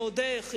ועוד איך,